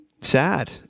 sad